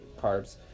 carbs